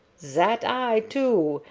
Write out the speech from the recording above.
zat i, too,